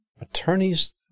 attorneys